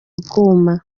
bwuma